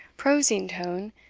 prosing tone,